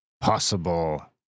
possible